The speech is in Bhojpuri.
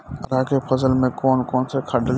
अरहा के फसल में कौन कौनसा खाद डाली?